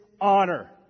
honor